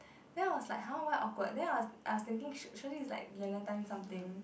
then I was like !huh! why awkward then I was I was thinking Shirley is like something